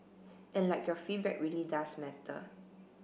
and like your feedback really does matter